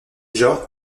genre